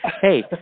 Hey